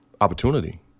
opportunity